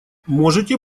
можете